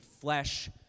flesh